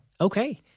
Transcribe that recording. Okay